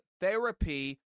therapy